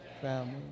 family